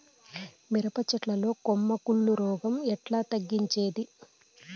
మిరప చెట్ల లో కొమ్మ కుళ్ళు రోగం ఎట్లా తగ్గించేది?